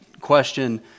question